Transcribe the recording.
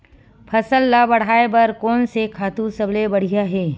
फसल ला बढ़ाए बर कोन से खातु सबले बढ़िया हे?